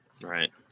Right